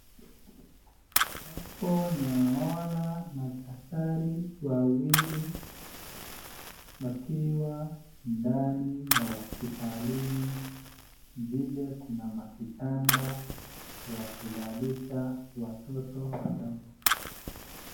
Hapo naona madaktari wawili wakiwa ndani ya hospitalini vile kuna makitanda ya kulalisha watoto wadogo.